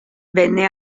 venne